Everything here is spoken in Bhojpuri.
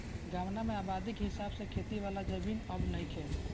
गांवन में आबादी के हिसाब से खेती वाला जमीन अब नइखे